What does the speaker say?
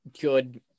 good